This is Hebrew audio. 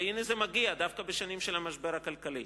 והנה זה מגיע דווקא בשנים של המשבר הכלכלי.